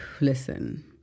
listen